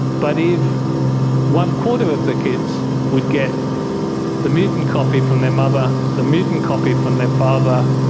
but if one-quarter of the kids would get the mutant copy from their mother, the mutant copy from their father,